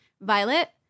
Violet